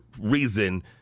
reason